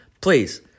please